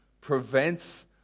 prevents